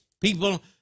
people